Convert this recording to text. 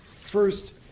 First